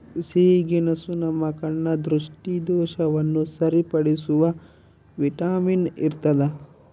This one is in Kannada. ಸಿಹಿಗೆಣಸು ನಮ್ಮ ಕಣ್ಣ ದೃಷ್ಟಿದೋಷವನ್ನು ಸರಿಪಡಿಸುವ ವಿಟಮಿನ್ ಇರ್ತಾದ